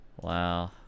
Wow